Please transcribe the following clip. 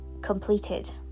completed